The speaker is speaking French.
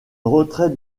retrait